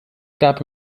gab